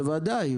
בוודאי.